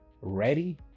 ready